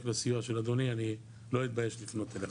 לסיוע של אדוני אני לא אתבייש לפנות אליך.